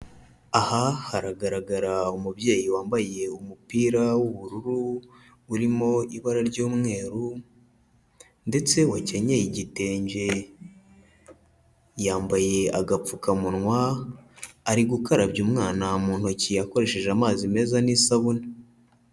Aha haragaragara umubyeyi wambaye umupira w'ubururu urimo ibara ry'umweru ndetse wakenyeye igitenge, yambaye agapfukamunwa ari gukarabya umwana mu ntoki akoresheje amazi meza n'isabune.